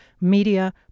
media